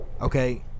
Okay